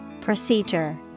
Procedure